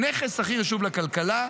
הנכס הכי חשוב לכלכלה,